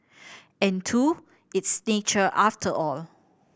and two it's nature after all